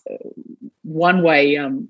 one-way